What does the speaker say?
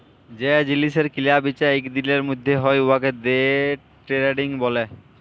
যে জিলিসের কিলা বিচা ইক দিলের ম্যধে হ্যয় উয়াকে দে টেরেডিং ব্যলে